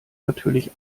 natürlich